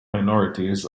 minorities